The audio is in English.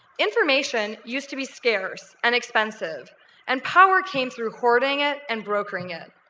information used to be scarce and expensive and power came through hoarding it and brokering it.